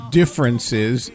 differences